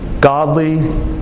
godly